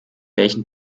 welchen